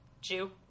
Jew